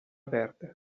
verde